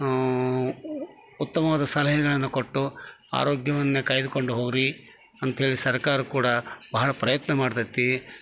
ಉತ್ತಮವಾದ ಸಲಹೆಗಳನ್ನ ಕೊಟ್ಟು ಆರೋಗ್ಯವನ್ನ ಕಾಯ್ದುಕೊಂಡು ಹೋಗ್ರಿ ಅಂತೇಳಿ ಸರ್ಕಾರ ಕೂಡ ಭಾಳ ಪ್ರಯತ್ನ ಮಾಡ್ತೈತಿ